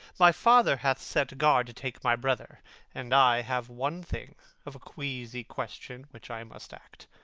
my father hath set guard to take my brother and i have one thing, of a queasy question, which i must act